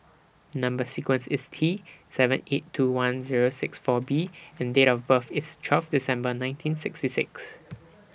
Number sequence IS T seven eight two one Zero six four B and Date of birth IS twelve December nineteen sixty six